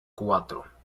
cuatro